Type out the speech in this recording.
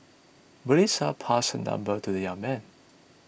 Melissa passed her number to the young man